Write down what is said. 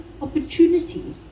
opportunity